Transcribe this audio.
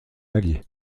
allié